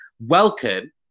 welcome